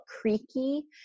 creaky